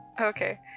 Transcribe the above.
Okay